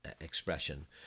expression